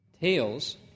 tails